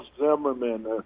Zimmerman